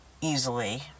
easily